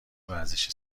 ورزش